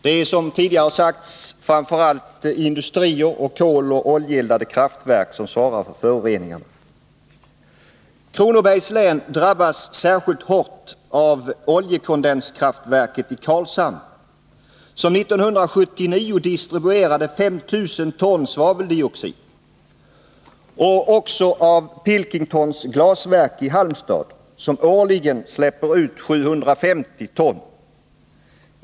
Det är, som tidigare sagts, framför allt industrier samt koloch oljeeldade kraftverk som svarar för föroreningarna. Kronobergs län drabbas särskilt hårt av oljekondenskraftverket i Karlshamn, som 1979 distribuerade 5 000 ton svaveldioxid, och Pilkingtons glasverk i Halmstad, som årligen släpper ut 750 ton.